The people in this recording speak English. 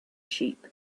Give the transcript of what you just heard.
sheep